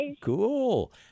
Cool